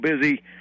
busy